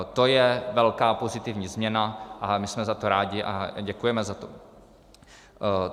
To je velká pozitivní změna, my jsme za to rádi a děkujeme za to.